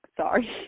Sorry